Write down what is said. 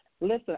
Listen